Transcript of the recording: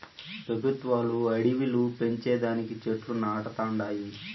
పెబుత్వాలు అడివిలు పెంచే దానికి చెట్లు నాటతండాయి